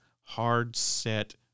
hard-set